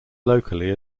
locally